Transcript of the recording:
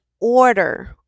order